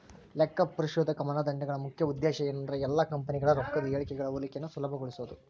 ಲೆಕ್ಕಪರಿಶೋಧಕ ಮಾನದಂಡಗಳ ಮುಖ್ಯ ಉದ್ದೇಶ ಏನಂದ್ರ ಎಲ್ಲಾ ಕಂಪನಿಗಳ ರೊಕ್ಕದ್ ಹೇಳಿಕೆಗಳ ಹೋಲಿಕೆಯನ್ನ ಸುಲಭಗೊಳಿಸೊದು